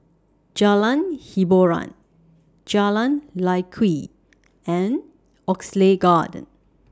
Jalan Hiboran Jalan Lye Kwee and Oxley Garden